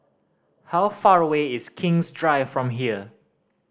how far away is King's Drive from here